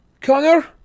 Connor